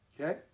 Okay